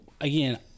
again